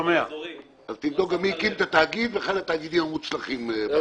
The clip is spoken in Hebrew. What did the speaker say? וחלק מהתאגידים מוצלחים.